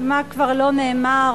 מה כבר לא נאמר